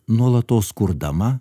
nuolatos kurdama